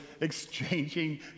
exchanging